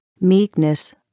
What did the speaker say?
meekness